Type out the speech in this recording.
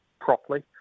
properly